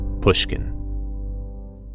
Pushkin